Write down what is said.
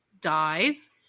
dies